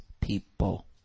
people